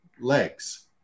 legs